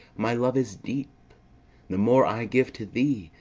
my love as deep the more i give to thee,